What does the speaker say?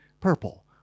purple